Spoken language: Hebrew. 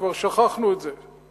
כבר שכחנו את זה.